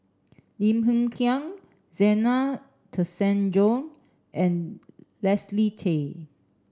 Lim Hng Kiang Zena Tessensohn and Leslie Tay